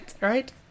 Right